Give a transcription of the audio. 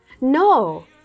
No